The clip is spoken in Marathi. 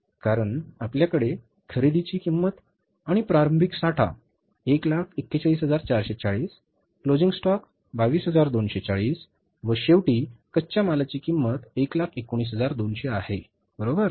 कारण आपल्याकडे खरेदीची किंमत आणि प्रारंभिक साठा 141440 क्लोजिंग स्टॉक 22240 व शेवटी कच्च्या मालाची किंमत 119200 आहे बरोबर